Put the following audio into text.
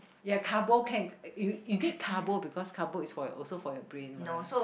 ya carbo can you take carbo because carbo is for your also for your brain mah